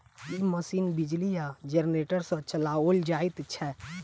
ई machine बिजली आ generator सॅ चलाओल जाइत छै